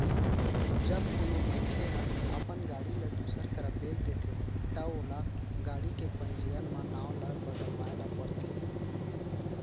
जब कोनो मनसे ह अपन गाड़ी ल दूसर करा बेंच देथे ता ओला गाड़ी के पंजीयन म नांव ल बदलवाए ल परथे